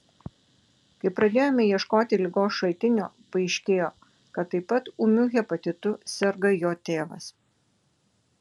kai pradėjome ieškoti ligos šaltinio paaiškėjo kad taip pat ūmiu hepatitu serga jo tėvas